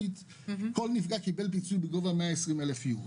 כל נפגע קיבל פיצוי בגובה של 120,000 יורו.